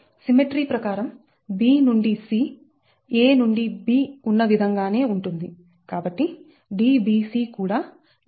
symmetry ప్రకారం b నుండి c a నుండి b ఉన్న విధంగానే ఉంటుంది కాబట్టి Dbc కూడా D